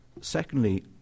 Secondly